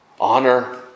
honor